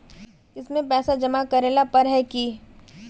इसमें पैसा जमा करेला पर है की?